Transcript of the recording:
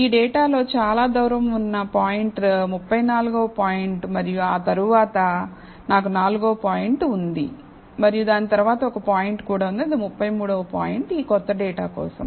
ఈ డేటాలో చాలా దూరంగా ఉన్న పాయింట్ 34 వ పాయింట్ మరియు ఆ తరువాత నాకు 4 వ పాయింట్ ఉంది మరియు దాని తరువాత ఒక పాయింట్ కూడా ఉంది అది 33 వ పాయింట్ ఈ క్రొత్త డేటా కోసం